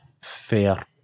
fair